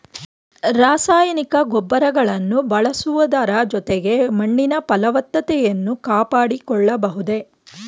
ರಾಸಾಯನಿಕ ಗೊಬ್ಬರಗಳನ್ನು ಬಳಸುವುದರ ಜೊತೆಗೆ ಮಣ್ಣಿನ ಫಲವತ್ತತೆಯನ್ನು ಕಾಪಾಡಿಕೊಳ್ಳಬಹುದೇ?